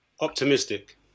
Optimistic